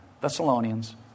Thessalonians